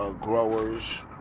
Growers